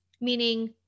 meaning